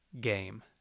game